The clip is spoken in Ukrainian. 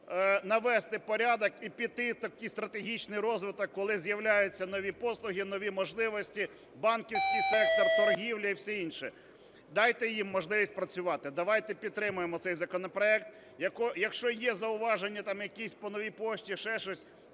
навести порядок і піти в такий стратегічний розвиток, коли з'являються нові послуги, нові можливості, банківський сектор, торгівля і все інше, дайте їм можливість працювати. Давайте підтримаємо цей законопроект. Якщо є зауваження там якісь по Новій пошті і ще щось